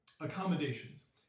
accommodations